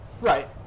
Right